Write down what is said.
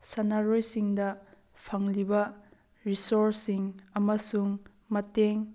ꯁꯥꯟꯅꯔꯣꯏ ꯁꯤꯡꯗ ꯐꯪꯂꯤꯕ ꯔꯤꯁꯣꯔꯁ ꯁꯤꯡ ꯑꯃꯁꯨꯡ ꯃꯇꯦꯡ